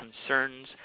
concerns